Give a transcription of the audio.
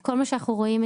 כל מה שאנחנו רואים,